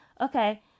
okay